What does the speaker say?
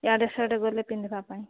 ଇଆଡ଼େ ସାଡ଼େ ଗଲେ ପିନ୍ଧିବା ପାଇଁ